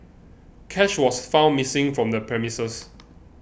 cash was found missing from the premises